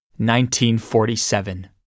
1947